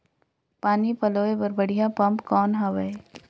पानी पलोय बर बढ़िया पम्प कौन हवय?